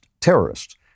terrorists